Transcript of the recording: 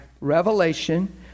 revelation